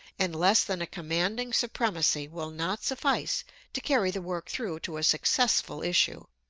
and less than a commanding supremacy will not suffice to carry the work through to a successful issue.